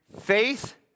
faith